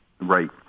right